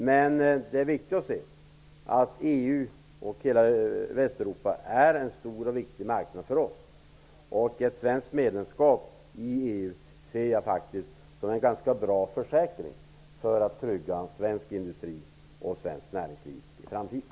Men det är viktigt att vi ser att EU, och hela Västeuropa, är en stor och viktig marknad för oss. Ett svenskt medlemskap i EU ser jag faktiskt som en ganska bra försäkring för att trygga svensk industri och svenskt näringsliv i framtiden.